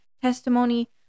Testimony